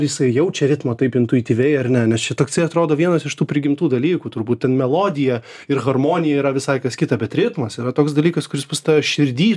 jisai jaučia ritmą taip intuityviai ar ne nes čia toksai atrodo vienas iš tų prigimtų dalykų turbūt ten melodija ir harmonija yra visai kas kita bet ritmas yra toks dalykas kuris pas tave širdy